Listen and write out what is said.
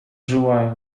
живая